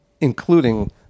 including